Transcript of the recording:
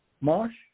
Marsh